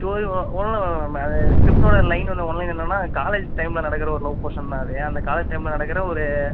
ஓ ஒன்றும் இல்லை மேம் அது ஸ்கிரிப்ட்டோடய லைன் ஒன்று ஒன் லைன் என்னென்னா காலேஜ் டைமில் நடக்குகிற ஒரு லவ் போஷன் தான் அது அந்த காலேஜ் டைமில் நடக்குகிற ஒரு